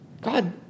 God